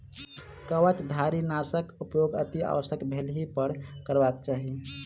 कवचधारीनाशक उपयोग अतिआवश्यक भेलहिपर करबाक चाहि